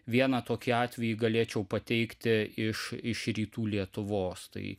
vieną tokį atvejį galėčiau pateikti iš iš rytų lietuvos tai